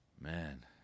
Man